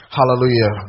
Hallelujah